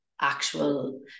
actual